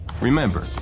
Remember